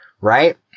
right